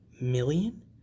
Million